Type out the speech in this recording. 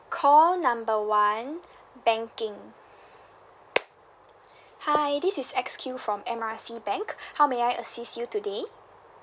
call number one banking hi this is X_Q from M R C bank how may I assist you today